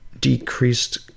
decreased